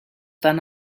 than